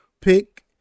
pick